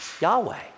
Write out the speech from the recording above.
Yahweh